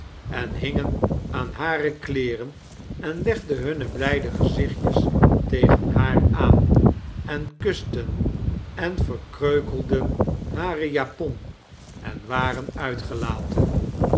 en hiiigen aan ha e kleeren en legden hunee blijde gezichtjes tegen haar aan n kusten en verkreukelden hare japon en waren uitgelaten